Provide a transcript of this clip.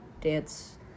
dance